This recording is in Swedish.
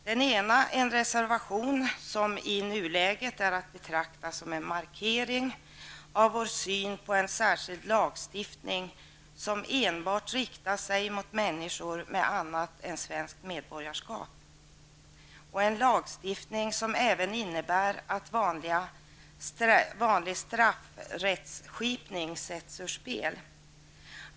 Den ena är en reservation som i nuläget är att betrakta som en markering av vår syn på en särskild lagstiftning som enbart riktar sig mot människor med annat än svenskt medborgarskap. Det är en lagstiftning som även innebär att vanlig straffrättskipning sätts ur spel.